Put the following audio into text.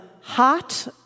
hot